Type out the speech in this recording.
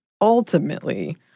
ultimately